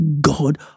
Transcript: God